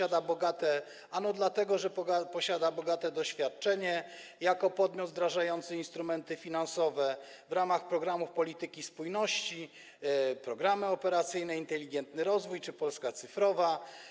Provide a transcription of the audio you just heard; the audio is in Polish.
Ano dlatego, że posiada bogate doświadczenie jako podmiot wdrażający instrumenty finansowe w ramach programów polityki spójności - programów operacyjnych „Inteligentny rozwój” czy „Polska cyfrowa”